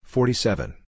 Forty-seven